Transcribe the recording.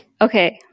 okay